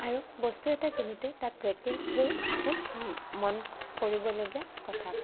আৰু বস্তু এটা কিনোতে তাত ৰেটিঙছবোৰ খুব মন কৰিবলগীয়া কথা